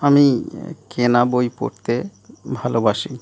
আমি কেনা বই পড়তে ভালোবাসি